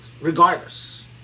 regardless